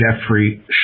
Jeffrey